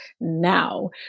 now